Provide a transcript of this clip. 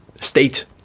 state